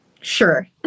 Sure